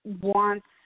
Wants